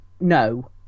No